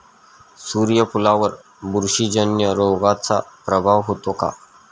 सूर्यफुलावर बुरशीजन्य रोगाचा प्रादुर्भाव होतो का?